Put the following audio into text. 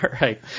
right